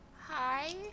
Hi